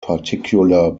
particular